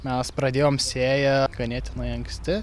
mes pradėjom sėją ganėtinai anksti